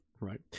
Right